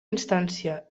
instància